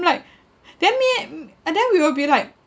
I'm like then me and and then we will be like